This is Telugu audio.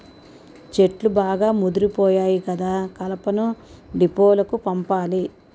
చెట్లు బాగా ముదిపోయాయి కదా కలపను డీపోలకు పంపాలి